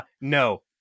no